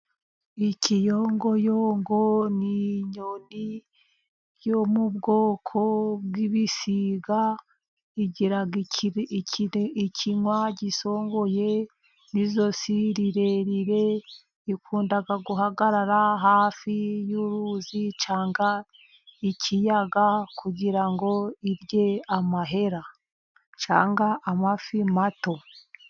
Ikiyongoyongo ni inyoni yo mu bwoko bw'ibisiga, igira ikinwa gisongoye n'ijosi rirerire. Ikunda guhagarara hafi y'uruzi cyangwa ikiyaga kugira ngo irye amahera cyangwa amafi mato.